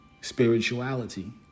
spirituality